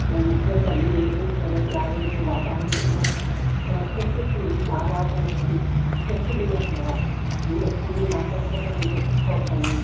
ऐं मूंखे सभिनी मिली करे ॾीयारीअ जूं वाधायूं ॾिनऊं चऊं ख़ुशि थी नाराज़ न थी कुझु बि न थियो आहे लक्ष्मी माता सभु मुंहिंजो सुठो कयईं